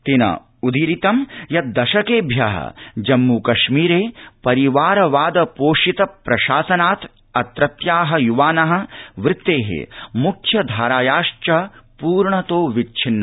तेन उदीरितं यत् दशकेभ्य जम्मूकश्मीरे परिवारवाद पोषित प्रशासनात् अत्रत्या युवान वृत्ते मुख्यधारायाश्व पूर्णतो विच्छिन्ना